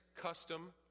custom